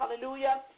hallelujah